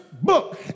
book